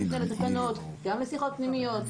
גם לשיחות פנימיות,